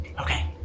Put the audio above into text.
Okay